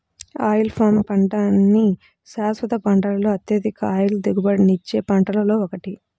oil palm పంట అన్ని శాశ్వత పంటలలో అత్యధిక ఆయిల్ దిగుబడినిచ్చే పంటలలో ఒకటి